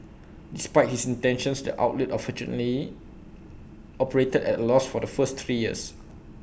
despite his intentions the outlet unfortunately operated at A loss for the first three years